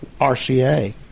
RCA